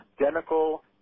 identical